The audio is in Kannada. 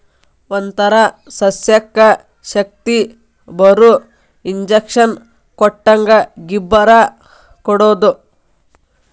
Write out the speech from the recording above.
ಒಂತರಾ ಸಸ್ಯಕ್ಕ ಶಕ್ತಿಬರು ಇಂಜೆಕ್ಷನ್ ಕೊಟ್ಟಂಗ ಗಿಬ್ಬರಾ ಕೊಡುದು